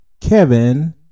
Kevin